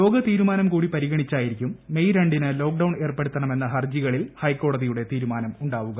യോഗതീരുമാനം കൂടി പരിഗണിച്ചായിരിക്കും മെയ് രണ്ടിന് ലോക്ഡൌൺ ഏർപ്പെടുത്തണമെന്ന ഹർജികളിൽ ഹൈക്കോടതിയുടെ തീരുമാനം ഉണ്ടാവുക